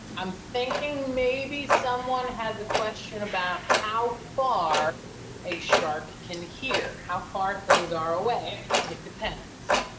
i'm thinking maybe someone has a question about how far a shark can hear, how far things are away. it depends,